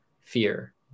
fear